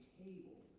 table